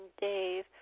Dave